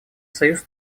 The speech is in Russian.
союз